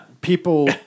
People